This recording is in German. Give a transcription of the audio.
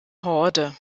horde